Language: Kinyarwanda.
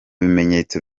bimenyetso